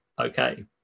okay